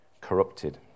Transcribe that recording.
corrupted